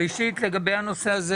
ראשית לגבי הנושא הזה